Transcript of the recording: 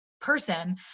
person